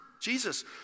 Jesus